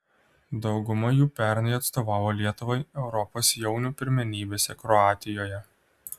dauguma jų pernai atstovavo lietuvai europos jaunių pirmenybėse kroatijoje